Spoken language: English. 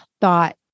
thought